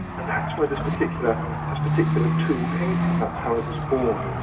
and that's where this particular this particular tool came from, that's how it was born.